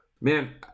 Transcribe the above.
man